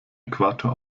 äquator